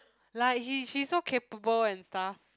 like he she so capable and stuff